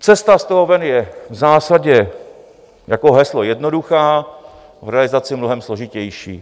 Cesta z toho ven je v zásadě jako heslo jednoduchá, v realizaci mnohem složitější.